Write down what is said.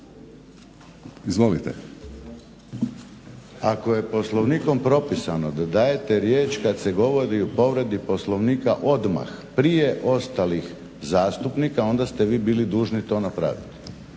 (HDZ)** Ako je Poslovnikom propisano da dajete riječ kada se govori o povredi Poslovnika odmah prije ostalih zastupnika onda ste vi bili dužni to napraviti.